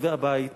מחריבי הבית